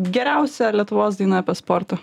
geriausia lietuvos daina apie sportą